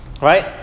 right